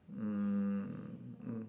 mm mm